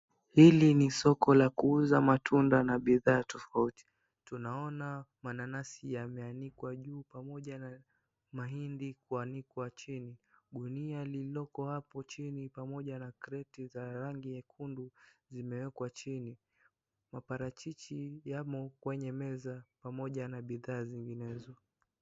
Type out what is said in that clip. Hili ni soko la kuuza matunda na bidhaa tofauti. Tunaona mananasi yameanikwa juu pamoja na mahindi kuanikwa chini. Gunia lililoko hapo chini pamoja na kreti za rangi nyekundu zimewekwa chini. Maparachichi yamo kwenye meza pamoja na bidhaa zinginezo.